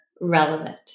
relevant